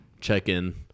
check-in